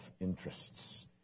interests